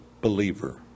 believer